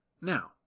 Now